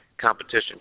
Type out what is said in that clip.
competition